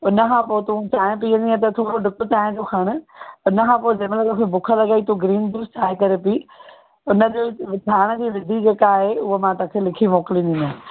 हुन खां पोइ तूं चांहि पीअंदी आहिं त थोरो ढुकु चांहि जो खणु हुनखां पोइ जंहिं महिल तोखे बुख लॻई तूं ग्रीन जूस ठाहे करे पी हुनजे ठाहिण जी विधी जे का आहे उहो मां तव्हांखे लिखी मोकिलींदीमांव